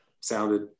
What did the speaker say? sounded